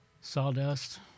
Sawdust